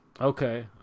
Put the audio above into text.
okay